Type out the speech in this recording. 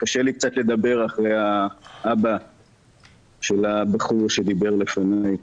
שקשה לי קצת לדבר אחרי האבא של הבחור שדיבר לפניי.